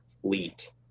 fleet